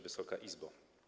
Wysoka Izbo!